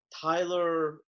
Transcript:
Tyler